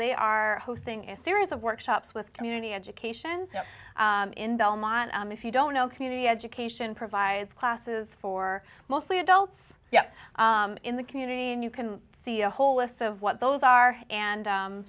they are hosting a series of workshops with community education in belmont if you don't know community education provides classes for mostly adults yeah in the community and you can see a whole list of what those are and